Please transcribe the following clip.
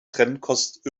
trennkost